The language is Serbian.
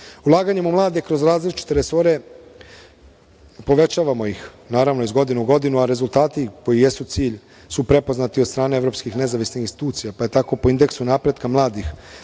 mladih. Ulaganjem u mlade kroz različite resore povećavamo ih, naravno, iz godine u godinu, a rezultati koji jesu cilj su prepoznati od strane evropskih nezavisnih institucija, pa je tako po Indeksu napretka mladih,